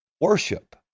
Worship